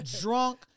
Drunk